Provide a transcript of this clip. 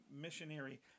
missionary